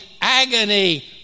agony